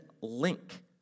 link